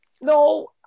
No